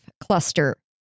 cluster